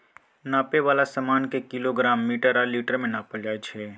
नापै बला समान केँ किलोग्राम, मीटर आ लीटर मे नापल जाइ छै